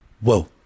Whoa